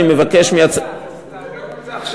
עכשיו.